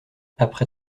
après